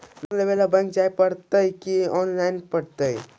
Loan लेवे ल bank में जाय पड़तै कि औनलाइन करे पड़तै?